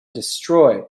destroy